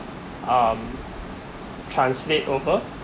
um translate over